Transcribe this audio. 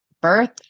birth